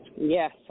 Yes